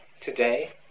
today